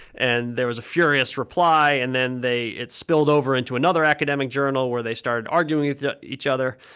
and there was a furious reply. and then they it spilled over into another academic journal, where they started arguing with yeah each other.